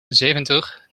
zeventig